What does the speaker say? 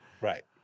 right